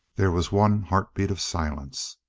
there was one heartbeat of silence.